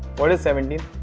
what is seventeen?